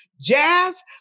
Jazz